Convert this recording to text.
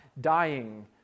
dying